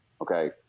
okay